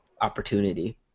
opportunity